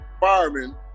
fireman